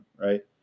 Right